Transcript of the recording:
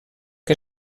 que